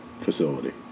facility